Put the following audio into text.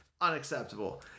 unacceptable